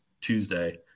Tuesday